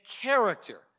character